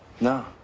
No